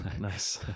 Nice